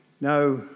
Now